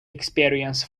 experience